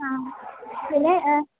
ആ പിന്നെ